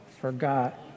forgot